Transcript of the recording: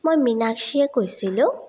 মই মিনাকক্ষীয়ে কৈছিলোঁ